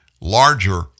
larger